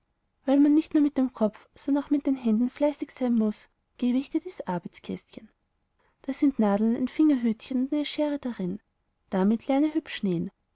weil man aber nicht nur mit dem kopf sondern auch mit den händen fleißig sein muß gebe ich dir dies arbeitskästchen da sind nadeln ein fingerhütchen und eine schere darin damit lerne hübsch nähen